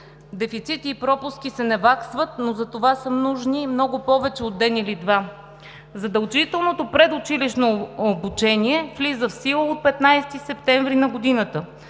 Дефицити и пропуски се наваксват, но за това са нужни много повече от ден или два. Задължителното предучилищно обучение влиза в сила от 15 септември на годината,